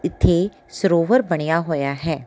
ਇੱਥੇ ਸਰੋਵਰ ਬਣਿਆ ਹੋਇਆ ਹੈ